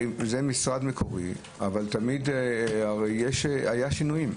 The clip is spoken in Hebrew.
זה משרד מקורי אבל היו השינויים.